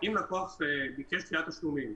אם לקוח ביקש דחיית תשלומים,